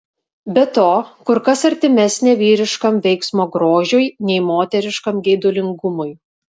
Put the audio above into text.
be to kur kas artimesnė vyriškam veiksmo grožiui nei moteriškam geidulingumui